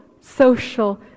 social